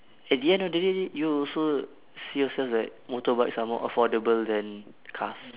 at the end of the day you also see yourself like motorbikes are more affordable than cars